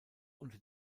unter